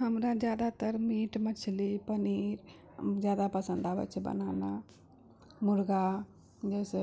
हमरा जादातर मीट मछली पनीर जादा पसन्द आबय छै बनाना मुर्गा नहि से